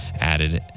added